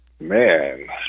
Man